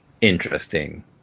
interesting